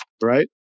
Right